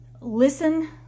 listen